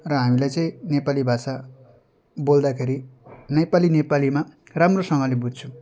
र हामीलाई चाहिँ नेपाली भाषा बोल्दाखेरि नेपाली नेपालीमा राम्रोसँगले बुझ्छौँ